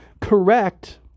correct